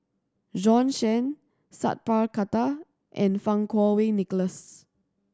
Bjorn Shen Sat Pal Khattar and Fang Kuo Wei Nicholas